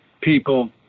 people